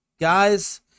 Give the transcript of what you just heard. Guys